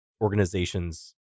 organization's